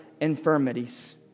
infirmities